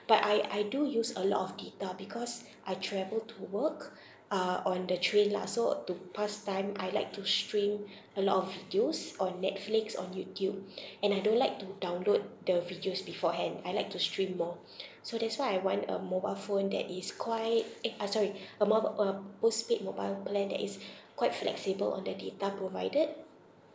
but I I do use a lot of data because I travel to work uh on the train lah so to pass time I like to stream a lot of videos on netflix on youtube and I don't like to download the videos beforehand I like to stream more so that's why I want a mobile phone that is quite eh uh sorry uh mob~ uh postpaid mobile plan that is quite flexible on the data provided